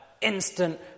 instant